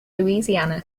louisiana